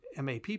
MAP